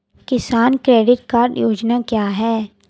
किसान credit card योजना क्या है?